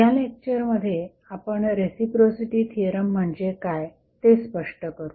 या लेक्चरमध्ये आपण रेसिप्रोसिटी थिअरम म्हणजे काय ते स्पष्ट करू